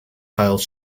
teils